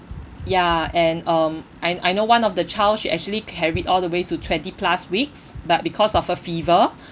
ya and um I I know one of the child she actually carried all the way to twenty plus weeks but because of a fever